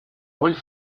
роль